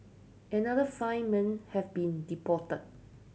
another five men have been deported